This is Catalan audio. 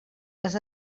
les